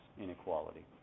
inequality